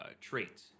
traits